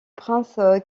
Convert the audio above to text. prince